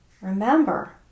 Remember